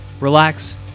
relax